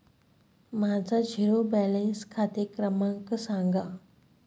माझा zero balance खाते क्रमांक सांगा